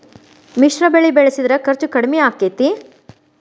ಮಿಶ್ರ ಬೆಳಿ ಬೆಳಿಸಿದ್ರ ಖರ್ಚು ಕಡಮಿ ಆಕ್ಕೆತಿ?